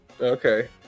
Okay